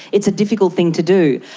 it's a difficult thing to do.